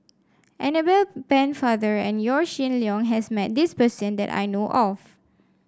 Annabel Pennefather and Yaw Shin Leong has met this person that I know of